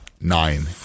Nine